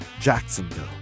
Jacksonville